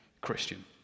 Christian